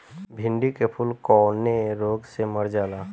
भिन्डी के फूल कौने रोग से मर जाला?